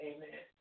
Amen